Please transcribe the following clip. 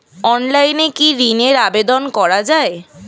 অনলাইনে কি ঋনের আবেদন করা যায়?